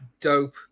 dope